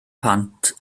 plant